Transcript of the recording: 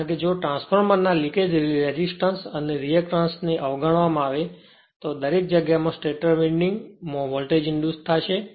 કારણ કે જો ટ્રાન્સફોર્મર ના લિકેજ રેસિસ્ટન્સઅને રીએકટન્સ જો અવગણવામાં આવે તો દરેક જગ્યામાં સ્ટેટર વિન્ડિંગ માં વોલ્ટેજ ઇંડ્યુસ થશે